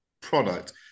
product